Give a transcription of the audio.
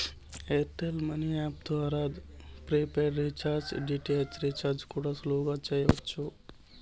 air tell money app ద్వారా prepaid recharge, DTH recharge కూడా సులువుగా చెయ్యచ్చు